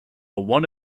one